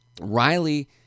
Riley